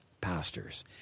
pastors